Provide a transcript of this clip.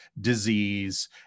disease